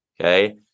okay